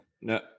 No